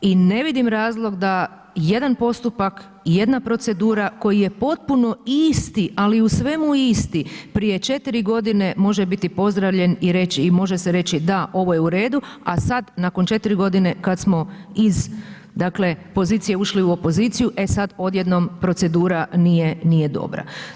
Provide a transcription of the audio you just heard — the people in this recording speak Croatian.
I ne vidim razlog da jedan postupak, jedna procedura koji je potpuno isti ali u svemu isti, prije 4 g, može biti pozdravljen i može se reći, da, ovo je u redu a sad nakon 4 g. kad smo iz dakle pozicije ušli u opoziciju, e sad odjednom procedura nije dobra.